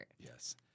Yes